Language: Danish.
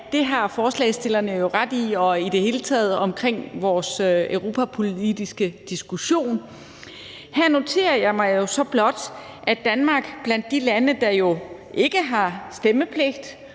det har forslagsstillerne jo ret i, og også i det hele taget i forhold til hele den europapolitiske diskussion. Her noterer jeg mig så blot, at Danmark er blandt de lande, der jo ikke har stemmepligt